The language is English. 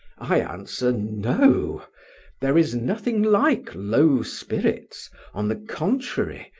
i answer, no there is nothing like low spirits on the contrary,